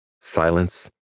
Silence